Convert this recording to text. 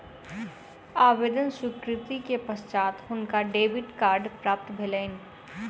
आवेदन स्वीकृति के पश्चात हुनका डेबिट कार्ड प्राप्त भेलैन